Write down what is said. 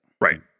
Right